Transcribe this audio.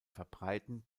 verbreiten